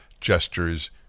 gestures